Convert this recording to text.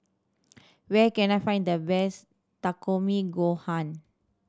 where can I find the best Takikomi Gohan